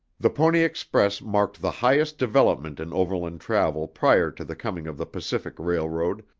the pony express marked the highest development in overland travel prior to the coming of the pacific railroad,